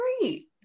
great